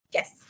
Yes